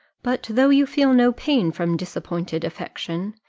but though you feel no pain from disappointed affection,